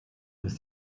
ist